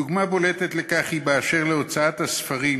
דוגמה בולטת לכך היא שבהוצאת הספרים